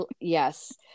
yes